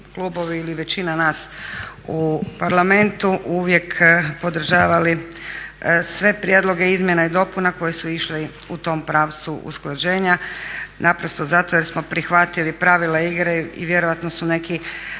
ili većina nas u Parlamentu podržavali sve prijedloge izmjena i dopuna koje su išli u tom pravcu usklađenja naprosto zato jer smo prihvatili pravila igre i vjerojatno su neki,